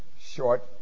short